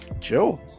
chill